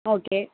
okay